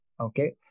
Okay